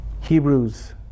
Hebrews